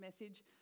message